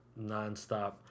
nonstop